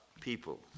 people